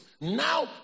Now